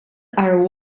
are